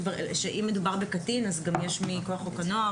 מדובר בקטין, אז גם יש מכוח חוק הנוער.